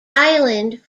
island